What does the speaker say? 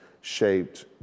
shaped